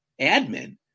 admin